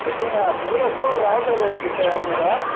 కిష్టయ్య సరిగా స్కూల్కి రావటలేదు ఏంటి కిష్టయ్య మీరు